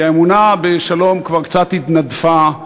כי האמונה בשלום כבר קצת התנדפה,